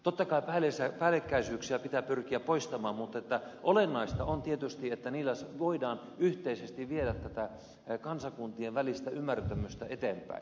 totta kai päällekkäisyyksiä pitää pyrkiä poistamaan mutta olennaista on tietysti että niillä voidaan yhteisesti viedä tätä kansakuntien välistä ymmärtämystä eteenpäin